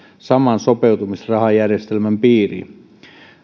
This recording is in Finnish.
saman sopeutumisrahajärjestelmän piirin